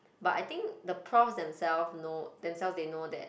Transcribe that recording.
but I think the prof themselves know themselves they know that